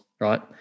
right